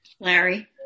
Larry